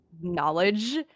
knowledge